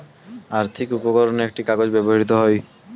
আর্থিক উপকরণে একটি কাগজ ব্যবহৃত হয়